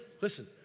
listen